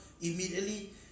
immediately